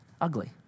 ugly